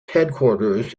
headquarters